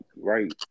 Right